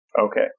Okay